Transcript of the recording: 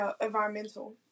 environmental